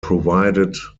provided